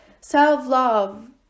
self-love